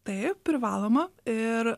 taip privaloma ir